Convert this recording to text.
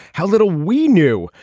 how little we knew.